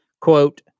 quote